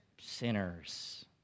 sinners